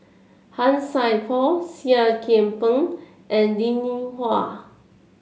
Han Sai Por Seah Kian Peng and Linn In Hua